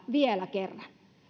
vielä kerran